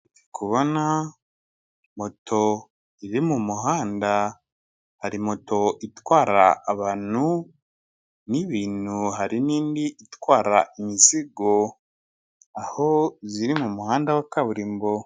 Ndi kubona moto iri mu muhanda, hari moto itwara abantu n'ibintu hari n'indi itwara imizigo, aho ziri mu muhanda wa kaburimbo.